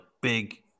big